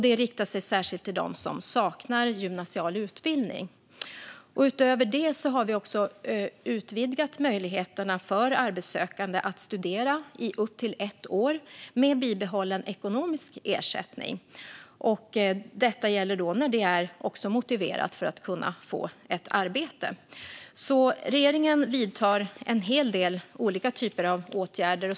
Det riktar sig särskilt till dem som saknar gymnasial utbildning. Utöver det har vi utökat möjligheterna för arbetssökande att studera i upp till ett år med bibehållen ekonomisk ersättning. Detta gäller när det är motiverat för att personen ska kunna få ett arbete. Regeringen vidtar alltså en hel del olika typer av åtgärder.